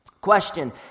Question